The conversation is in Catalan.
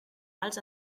alts